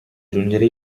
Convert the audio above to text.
giungere